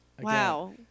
Wow